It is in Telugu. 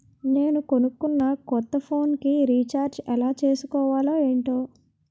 నేను కొనుకున్న కొత్త ఫోన్ కి రిచార్జ్ ఎలా చేసుకోవాలో ఏంటో